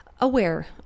aware